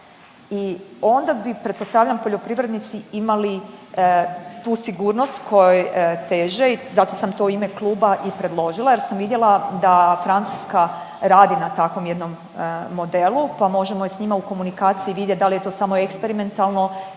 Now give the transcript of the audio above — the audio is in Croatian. i onda bi pretpostavljam poljoprivrednici imali tu sigurnost kojoj teže i zato sam to u ime kluba i predložila jer sam vidjela da Francuska radi na takvom jednom modelu, pa možemo i s njima u komunikaciji vidjet da li je to samo eksperimentalno